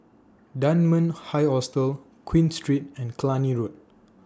Dunman High Hostel Queen Street and Cluny Road